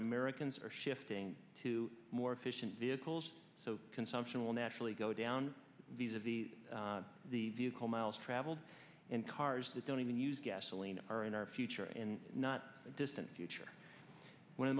americans are shifting to more efficient vehicles so consumption will naturally go down these of the the vehicle miles traveled and cars that don't even use gasoline are in our future and not the distant future when